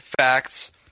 facts